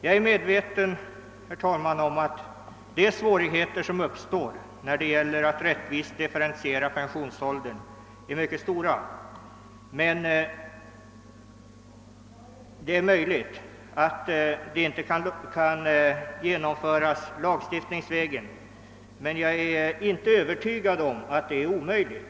Jag är, herr talman, medveten om att svårigheterna att rättvist differentiera pensionsåldern är mycket stora. Det är möjligt att detta inte kan genomföras lagstiftningsvägen, men jag är inte övertygad om att det verkligen är omöjligt.